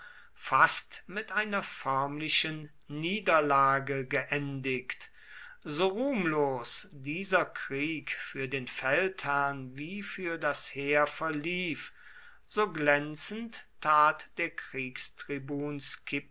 fast mit einer förmlichen niederlage geendigt so ruhmlos dieser krieg für den feldherrn wie für das heer verlief so glänzend tat der